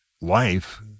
Life